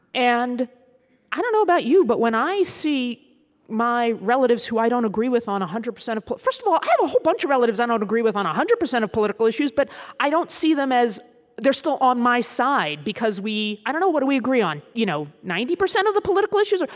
and i don't know about you, but when i see my relatives who i don't agree with on one hundred percent of first of all, i have a whole bunch of relatives i don't agree with on one hundred percent of political issues. but i don't see them as they're still on my side because we i don't know what do we agree on? you know ninety percent of the political issues?